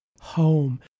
home